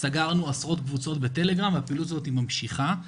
סגרנו עשרות קבוצות בטלגרם, הפעילות הזאתי ממשיכה.